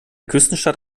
küstenstadt